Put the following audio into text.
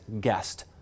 GUEST